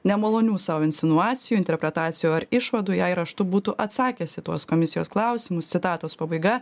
nemalonių sau insinuacijų interpretacijų ar išvadų jei raštu būtų atsakęs į tuos komisijos klausimus citatos pabaiga